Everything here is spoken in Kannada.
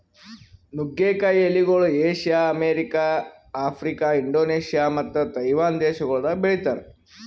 ನುಗ್ಗೆ ಕಾಯಿ ಎಲಿಗೊಳ್ ಏಷ್ಯಾ, ಅಮೆರಿಕ, ಆಫ್ರಿಕಾ, ಇಂಡೋನೇಷ್ಯಾ ಮತ್ತ ತೈವಾನ್ ದೇಶಗೊಳ್ದಾಗ್ ಬೆಳಿತಾರ್